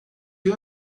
you